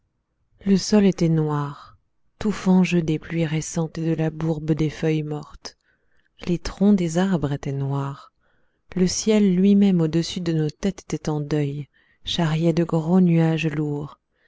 le sol était noir tout fangeux des pluies récentes et de la bourbe des feuilles mortes les troncs des arbres étaient noirs le ciel lui-même au-dessus de nos têtes était en deuil charriant de gros nuages lourds